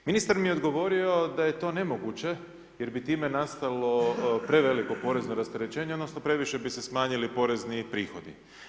Ministar mi je odgovorio da je to nemoguće jer bi time nastalo preveliko porezno rasterećenje odnosno previše bi se smanjili porezni prihodi.